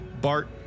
Bart